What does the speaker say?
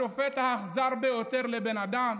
השופט האכזר ביותר לבן אדם,